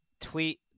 tweet